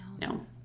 no